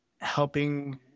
helping